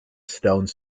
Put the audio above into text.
stone